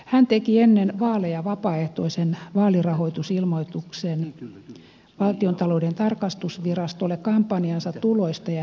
hän teki ennen vaaleja vapaaehtoisen vaalirahoitusilmoituksen valtiontalouden tarkastusvirastolle kampanjansa tuloista ja menoista